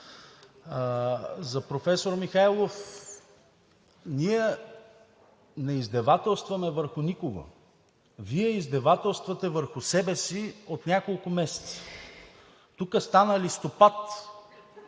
Професор Михайлов, ние не издевателстваме върху никого. Вие издевателствате върху себе си от няколко месеца. Тук стана листопад